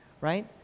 right